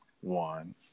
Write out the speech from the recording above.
one